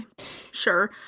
Sure